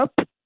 Up